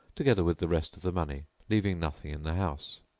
together with the rest of the money, leaving nothing in the house.